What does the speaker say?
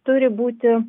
turi būti